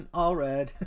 allred